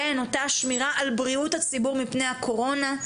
בין אותה שמירה על בריאות הציבור מפני הקורונה,